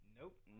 Nope